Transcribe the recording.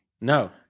No